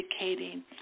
indicating